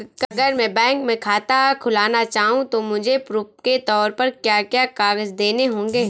अगर मैं बैंक में खाता खुलाना चाहूं तो मुझे प्रूफ़ के तौर पर क्या क्या कागज़ देने होंगे?